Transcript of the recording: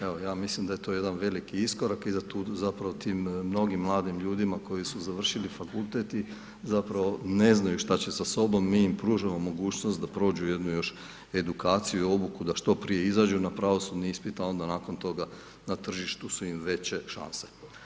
Evo ja mislim da je to jedan veliki iskorak i da tu zapravo tim mnogim mladim ljudima koji su završili fakultet i zapravo ne znaju što će sa sobom, mi im pružamo mogućnost da prođu jednu još edukaciju i obuku da što prije izađu na pravosudni ispit a onda nakon toga na tržištu su im veće šanse.